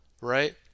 right